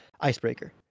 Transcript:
icebreaker